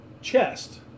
Chest